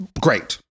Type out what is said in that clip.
Great